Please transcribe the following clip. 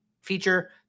feature